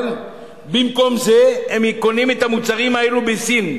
אבל במקום זה הם קונים את המוצרים האלו בסין.